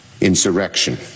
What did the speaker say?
insurrection